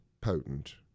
potent